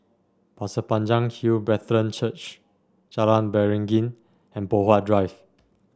Pasir Panjang Hill Brethren Church Jalan Beringin and Poh Huat Drive